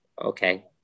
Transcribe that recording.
okay